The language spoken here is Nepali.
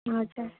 हजुर